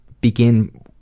begin